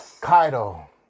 Kaido